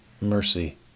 mercy